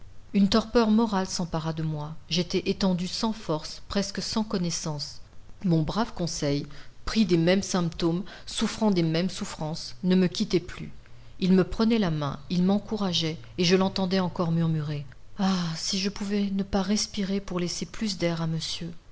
une torpeur morale s'empara de moi j'étais étendu sans force presque sans connaissance mon brave conseil pris des mêmes symptômes souffrant des mêmes souffrances ne me quittait plus il me prenait la main il m'encourageait et je l'entendais encore murmurer ah si je pouvais ne pas respirer pour laisser plus d'air à monsieur